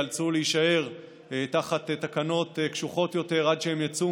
ייאלצו להישאר תחת תקנות קשוחות יותר עד שהן יצאו